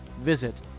Visit